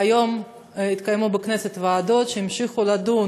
והיום התקיימו בכנסת ישיבות ועדות שהמשיכו לדון